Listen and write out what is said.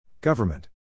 Government